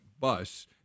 bus